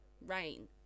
Rain